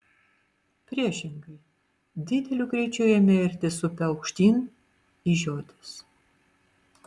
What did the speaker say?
priešingai dideliu greičiu ėmė irtis upe aukštyn į žiotis